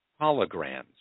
holograms